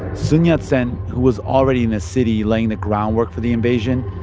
sun yat-sen, who was already in the city laying the groundwork for the invasion,